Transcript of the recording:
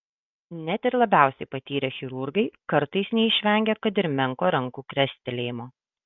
net ir labiausiai patyrę chirurgai kartais neišvengia kad ir menko rankų krestelėjimo